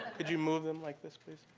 could you move them like this, please?